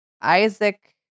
Isaac